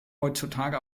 heutzutage